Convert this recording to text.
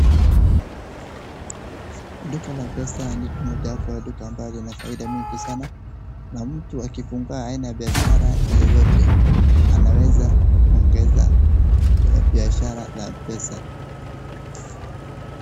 Duka la pesa ni mojawapo ya duka ambayo linafaida mingi sana na mtu akifungua aina biashara yeyote anaweza ongeza biashara la pesa.